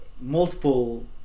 multiple